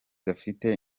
gafite